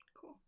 Cool